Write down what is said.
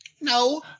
No